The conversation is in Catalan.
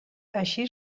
així